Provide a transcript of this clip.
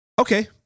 Okay